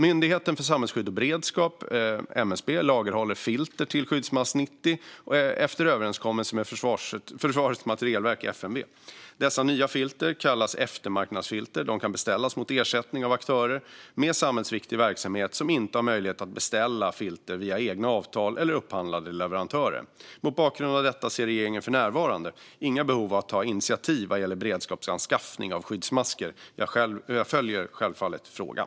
Myndigheten för samhällsskydd och beredskap, MSB, lagerhåller filter till Skyddsmask 90 efter överenskommelse med Försvarets materielverk, FMV. Dessa nya filter kallas eftermarknadsfilter. De kan beställas mot ersättning av aktörer med samhällsviktig verksamhet som inte har möjlighet att beställa filter via egna avtal eller upphandlade leverantörer. Mot bakgrund av detta ser regeringen för närvarande inga behov av att ta initiativ vad gäller beredskapsanskaffning av skyddsmasker. Jag följer självfallet frågan.